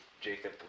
Jacob